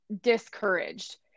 discouraged